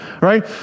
right